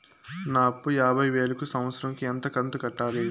నా అప్పు యాభై వేలు కు సంవత్సరం కు ఎంత కంతు కట్టాలి?